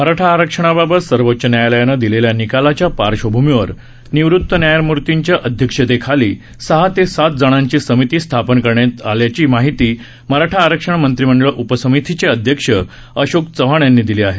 मराठा आरक्षणाबाबत सर्वोच्च न्यायालयाने दिलेल्या निकालाच्या पार्श्वभूमीवर निवृत न्यायमूर्तीच्या अध्यक्षतेखाली सहा ते सात जणांची समिती स्थापन करणार असल्याची माहिती मराठा आरक्षण मंत्रिमंडळ उपसमितीचे अध्यक्ष अशोक चव्हाण यांनी दिली आहे